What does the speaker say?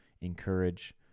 encourage